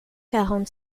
quarante